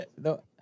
No